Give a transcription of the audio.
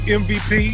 mvp